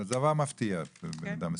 זה דבר מפתיע במידה מסוימת.